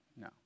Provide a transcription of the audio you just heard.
no